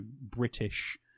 British